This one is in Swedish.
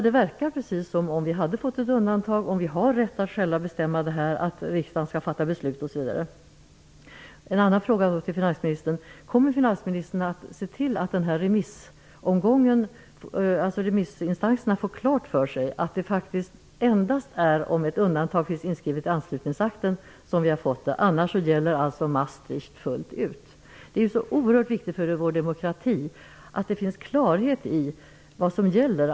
Det verkar där som om vi hade fått ett undantag, att vi har rätt att själva bestämma om en valutaunion, och att riksdagen skall fatta beslut, osv. Kommer finansministern att se till att remissinstanserna får klart för sig att det endast är om ett undantag finns inskrivet i anslutningsakten som vi får ett undantag, annars gäller Maastrichtavtalet fullt ut? Det är oerhört viktigt för vår demokrati att det finns klarhet i vad som gäller.